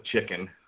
chicken